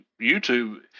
YouTube